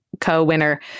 co-winner